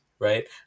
Right